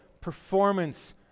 performance